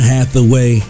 Hathaway